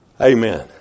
Amen